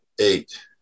eight